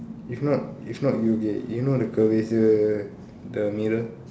if not if not you okay you know the curvature the mirror